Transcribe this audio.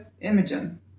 Imogen